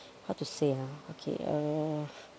how to say ah okay uh